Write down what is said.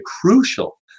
crucial